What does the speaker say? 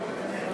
כבוד